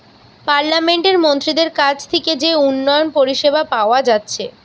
পার্লামেন্টের মন্ত্রীদের কাছ থিকে যে উন্নয়ন পরিষেবা পাওয়া যাচ্ছে